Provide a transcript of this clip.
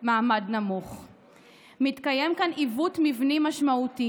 עמד פה אל מול חברי המחנה הלאומי,